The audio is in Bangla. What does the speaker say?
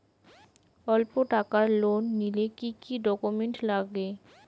অল্প টাকার লোন নিলে কি কি ডকুমেন্ট লাগে?